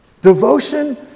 Devotion